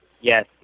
Yes